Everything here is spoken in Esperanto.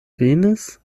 venis